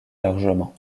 largement